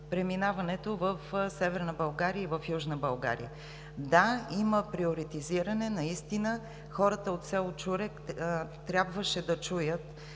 преминаването в Северна България и в Южна България. Да, има приоритизиране. Наистина хората от село Чурек трябваше да чуят,